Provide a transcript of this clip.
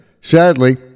Sadly